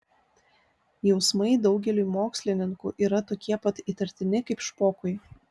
jausmai daugeliui mokslininkų yra tokie pat įtartini kaip špokui